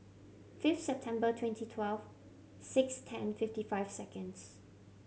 fifth September twenty twelve six ten fifty five seconds